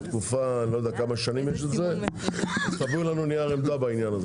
לא יודע כמה שנים, תעבירו לנו נייר עמדה בעניין.